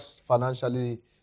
financially